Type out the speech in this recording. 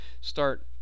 start